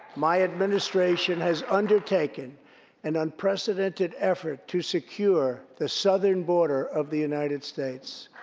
my administration has undertaken an unprecedented effort to secure the southern border of the united states.